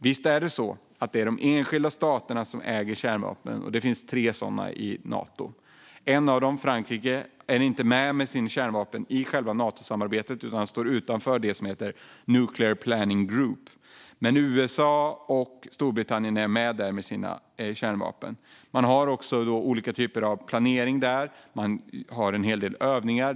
Visst är det så att det är de enskilda staterna som äger kärnvapnen, och det finns tre sådana i Nato. En av dem, Frankrike, är inte med i själva Natosamarbetet med sina kärnvapen utan står utanför det som heter Nuclear Planning Group. Men USA och Storbritannien är med där med sina kärnvapen. Man har också olika typer av planering där. Man har en hel del övningar.